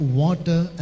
water